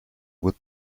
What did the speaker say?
would